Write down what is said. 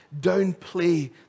downplay